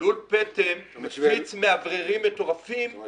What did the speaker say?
לול הפטם מפיץ עם מאווררים מטורפים ריחות --- אבל